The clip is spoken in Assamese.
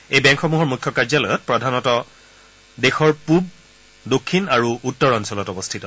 এই বেংকসমূহৰ মুখ্য কাৰ্যালয়ত প্ৰধানত দেশৰ পূব দক্ষিণ আৰু উত্তৰ অঞ্চলত অৱস্থিত